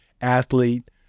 athlete